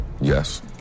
Yes